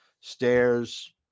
Stairs